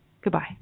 Goodbye